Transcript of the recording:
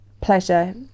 pleasure